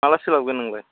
माब्ला सोलाबगोन नोंलाय